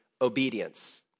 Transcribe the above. obedience